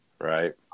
Right